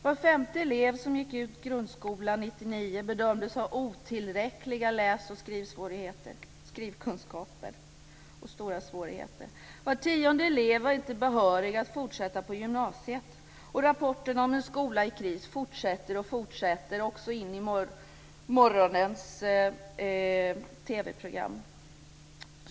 Var femte elev som gick ut grundskolan 1999 bedömdes ha otillräckliga läs och skrivkunskaper. Var tionde elev var inte behörig att fortsätta på gymnasiet. Rapporterna om en skola i kris fortsätter att komma, så även i morgonens TV-program.